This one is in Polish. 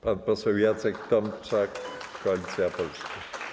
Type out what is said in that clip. Pan poseł Jacek Tomczak, Koalicja Polska.